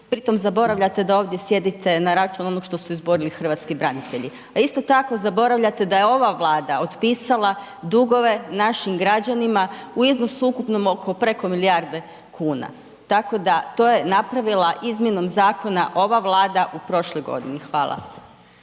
pri tom zaboravljate da ovdje sjedite na račun onoga što su izborili hrvatski branitelji. A isto tako zaboravljate da je ova Vlada otpisala dugove našim građanima u iznosu ukupnom oko preko milijarde kuna, tako da to je napravila izmjenom zakona ova Vlada u prošloj godini. Hvala.